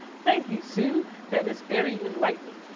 thank you sue, that is very enlightening.